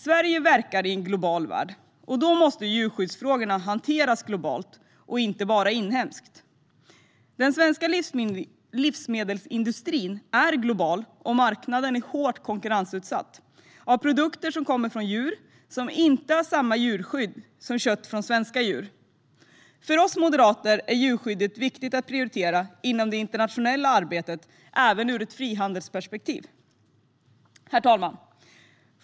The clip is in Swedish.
Sverige verkar i en global värld, och då måste djurskyddsfrågorna hanteras globalt och inte bara inhemskt. Den svenska livsmedelsindustrin är global, och marknaden är hårt konkurrensutsatt av produkter som kommer från djur som inte har samma skydd som svenska djur. För oss moderater är djurskyddet viktigt att prioritera inom det internationella arbetet även ur ett frihandelsperspektiv.